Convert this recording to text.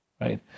right